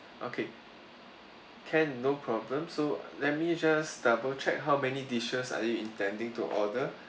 okay can no problem so let me just double check how many dishes are you intending to order